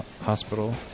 hospital